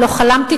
לא חלמתי,